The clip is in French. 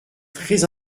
très